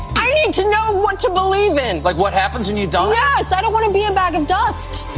i need to know what to believe in. like what happens when you die? yes, i don't want to be a bag of dust.